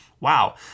wow